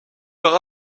par